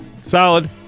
Solid